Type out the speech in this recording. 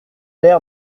l’air